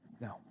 No